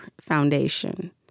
foundation